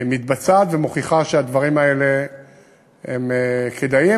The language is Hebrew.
שהדברים האלה כדאיים.